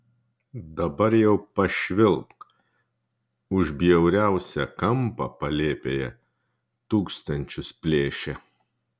dabar jau pašvilpk už bjauriausią kampą palėpėje tūkstančius plėšia